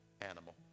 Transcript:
animal